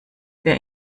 wir